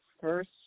first